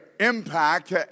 impact